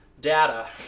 data